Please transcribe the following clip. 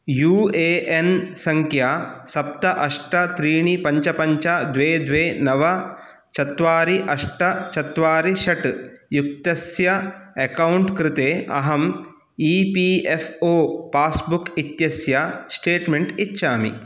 you A N सङ्ख्या सप्त अष्ट त्रीणि पञ्च पञ्च द्वे द्वे नव चत्वारि अष्ट चत्वारि षट् युक्तस्य अकौण्ट् कृते अहम् E P F O passbook इत्यस्य स्टेट्मेण्ट् इच्छामि